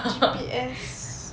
G_P_S